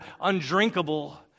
undrinkable